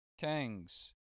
Kings